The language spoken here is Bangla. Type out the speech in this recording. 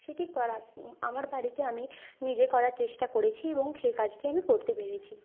সেটি করা আমার বাড়িতে আমি নিজে করার চেষ্টা করেছি এবং সেই কাজটি আমি করতে পেরেছি